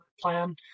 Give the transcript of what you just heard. plan